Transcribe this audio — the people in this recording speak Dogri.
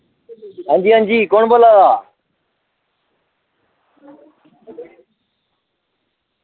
हां जी हां जी कौन बोल्ला दा